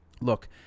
look